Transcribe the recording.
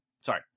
Sorry